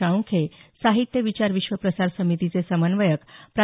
साळूंखे साहित्य विचार विश्व प्रसार समितीचे समन्वयक प्रा